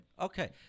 Okay